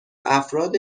افراد